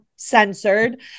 Censored